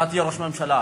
אתה תהיה ראש ממשלה.